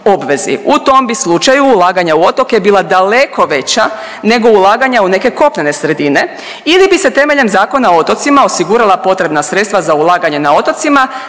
obvezi. U tom bi slučaju ulaganja u otoke bila daleko veća nego ulaganja u neke kopnene sredine ili bi se temeljem Zakona o otocima osigurala potrebna sredstva za ulaganje na otocima